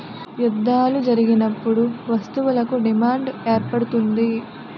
యుద్ధాలు జరిగినప్పుడు వస్తువులకు డిమాండ్ ఏర్పడుతుంది